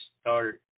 start